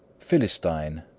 philistine,